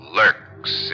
lurks